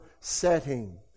setting